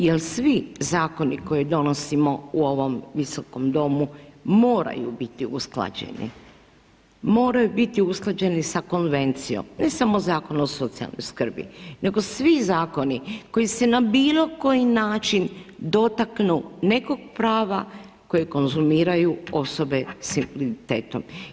Jer svi zakoni koje donosimo u ovom Visokom domu moraju biti usklađeni, moraju biti usklađeni sa Konvencijom, ne samo Zakon o socijalnoj skrbi nego svi zakoni koji se na bilo koji način dotaknu nekog prava koje konzumiraju osobe sa invaliditetom.